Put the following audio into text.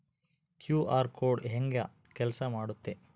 QR code ಹೆಂಗ ಕೆಲಸ ಮಾಡುತ್ತೆ?